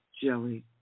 jelly